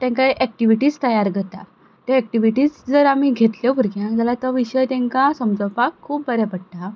तांकां एकटिविटीज तयार जाता त्यो एकटिविटीज जर आमी घेतल्यो भुरग्यांक जाल्यार तो विशय तांकां समजुपाक खूब बरें पडटा